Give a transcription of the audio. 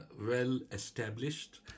well-established